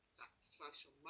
satisfaction